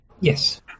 yes